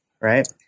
Right